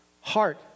Heart